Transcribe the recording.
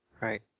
Right